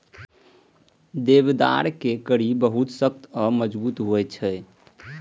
देवदारक कड़ी बहुत सख्त आ मजगूत होइ छै